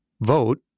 vote